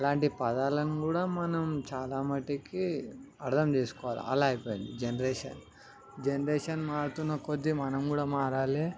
ఇలాంటి పదాలను కూడా మనం చాలా మట్టుకు అర్థం చేసుకోవాలి అలా అయిపోయింది జనరేషన్ జనరేషన్ మారుతున్న కొద్దీ మనం కూడా మారాలి